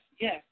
yes